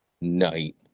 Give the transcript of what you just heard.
night